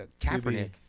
Kaepernick